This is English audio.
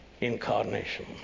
incarnation